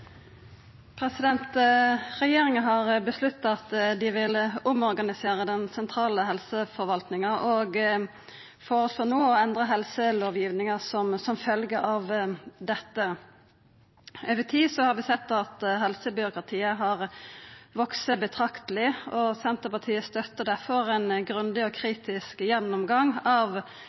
bygge. Regjeringa har avgjort at dei vil omorganisera den sentrale helseforvaltninga, og føreslår no å endra helselovgivinga som følgje av dette. Over tid har vi sett at helsebyråkratiet har vakse betrakteleg. Senterpartiet støttar derfor ein grundig og kritisk gjennomgang av